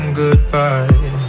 goodbye